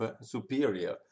superior